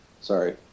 Sorry